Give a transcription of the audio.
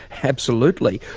absolutely.